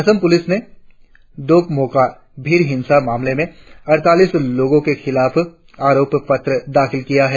Assam police ने डोकमोका भीड़ हिंसा मामले में अड़तालीस लोगो के खिलाफ आरोप पत्र दाखिल किया है